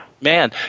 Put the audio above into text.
Man